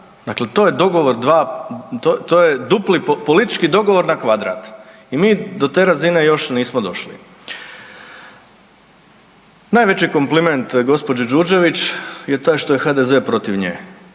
dupli, to je politički dogovor na kvadrat i mi do te razine još nismo došli. Najveći kompliment gospođi Đurđević je taj što je HDZ protiv nje,